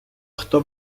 хто